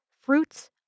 fruits